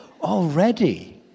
Already